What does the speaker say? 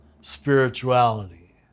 spirituality